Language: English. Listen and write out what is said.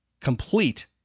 Complete